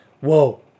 whoa